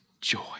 joy